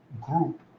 group